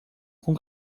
com